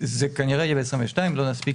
נחזור